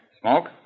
Smoke